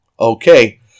Okay